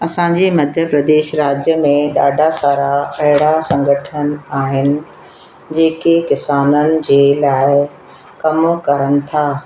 असांजे मध्य प्रदेश राज्य में ॾाढा सारा अहिड़ा संगठन आहिनि जेके किसाननि जे लाइ कमु करण था